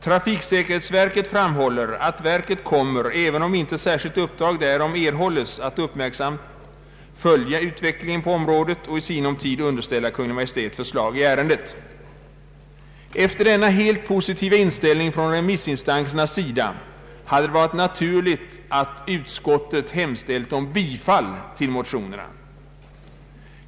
Trafiksäkerhetsverket framhåller att verket kommer, även om inte särskilt uppdrag erhålles, att uppmärksamt följa utvecklingen på området och i sinom Efter denna helt positiva inställning från remissinstansernas sida hade det varit naturligt att utskottet hemställt om bifall till motionerna.